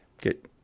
Get